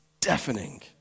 deafening